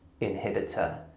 inhibitor